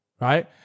right